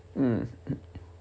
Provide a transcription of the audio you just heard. mm